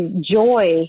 Joy